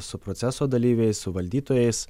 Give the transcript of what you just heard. su proceso dalyviais su valdytojais